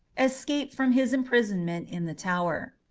escaped from his imprisonment in the tower.